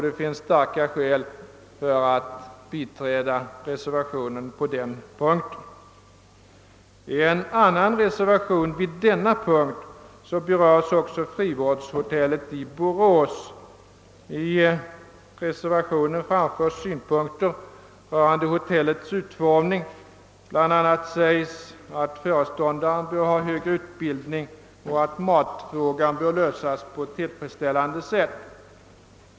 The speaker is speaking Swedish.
Det finns starka skäl att biträda reservationen på denna punkt. I en annan reservation vid denna punkt berörs också frivårdshotellet i Borås. I reservationen framförs synpunkter rörande hotellets drift. BI. a. framhålles att föreståndaren bör ha god utbildning och att matfrågan bör lösas på tillfredsställande sätt.